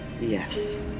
Yes